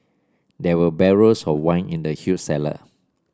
there were barrels of wine in the huge cellar